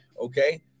Okay